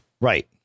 Right